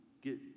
get